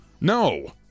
no